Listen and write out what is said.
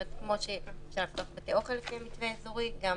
כמו שאפשר לפתוח בתי אוכל כמתווה אזורי, גם